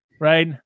right